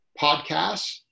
podcasts